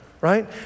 Right